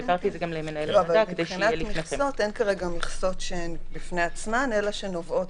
אין כרגע מכסות בפני עצמן אלא שנובעות